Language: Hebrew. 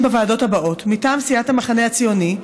בוועדות האלה: מטעם סיעת המחנה הציוני,